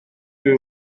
que